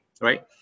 right